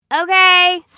Okay